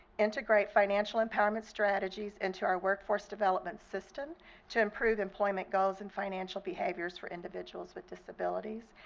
integrate financial empowerment strategies into our workforce development system to improve employment goals and financial behaviors for individuals with disabilities,